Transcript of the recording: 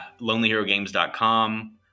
LonelyHeroGames.com